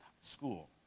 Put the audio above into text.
school